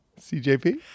cjp